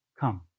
come